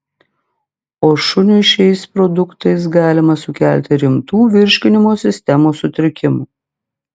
o šuniui šiais produktais galima sukelti rimtų virškinimo sistemos sutrikimų